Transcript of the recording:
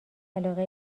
علاقه